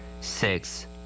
Six